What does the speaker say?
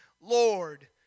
Lord